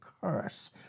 curse